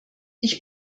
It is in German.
ich